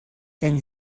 then